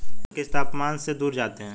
मच्छर किस तापमान से दूर जाते हैं?